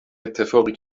اتفاقی